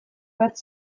bat